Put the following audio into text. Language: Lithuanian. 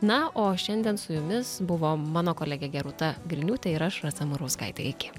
na o šiandien su jumis buvo mano kolegė gerūta griniūtė ir aš rasa murauskaitė iki